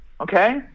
okay